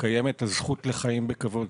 קיימת הזכות לחיים בכבוד.